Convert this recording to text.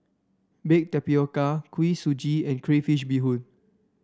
bake tapioca Kuih Suji and Crayfish Beehoon